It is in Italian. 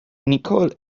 nicole